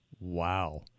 Wow